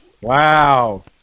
Wow